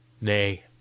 Nay